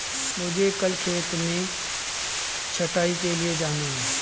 मुझे कल खेत में छटाई के लिए जाना है